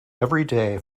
everyday